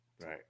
Right